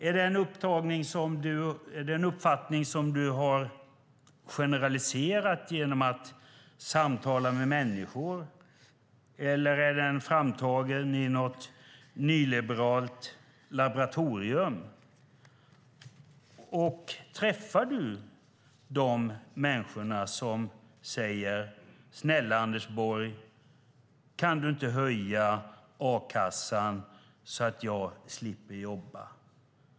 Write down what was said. Är det en uppfattning som du har generaliserat genom att samtala med människor, eller är den framtagen i något nyliberalt laboratorium? Träffar du de människor som säger "snälla Anders Borg, kan du inte höja a-kassan så att jag slipper jobba"?